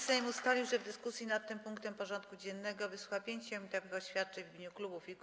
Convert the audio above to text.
Sejm ustalił, że w dyskusji nad tym punktem porządku dziennego wysłucha 5-minutowych oświadczeń w imieniu klubów i kół.